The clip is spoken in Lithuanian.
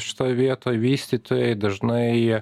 šitoj vietoj vystytojai dažnai jie